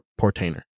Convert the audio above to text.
portainer